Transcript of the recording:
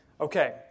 Okay